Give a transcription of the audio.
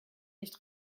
nicht